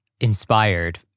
inspired